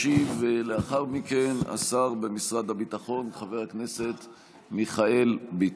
מס' 265. ישיב לאחר מכן השר במשרד הביטחון חבר הכנסת מיכאל ביטון.